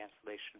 cancellation